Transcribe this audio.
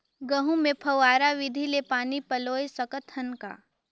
गहूं मे फव्वारा विधि ले पानी पलोय सकत हन का?